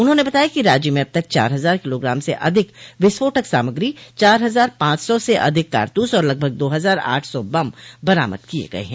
उन्होंने बताया कि राज्य में अब तक चार हजार किलोग्राम से अधिक विस्फोटक सामग्री चार हजार पांच सौ से अधिक कारतूस और लगभग दो हजार आठ सौ बम बरामद किये गये हैं